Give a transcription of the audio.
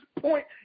point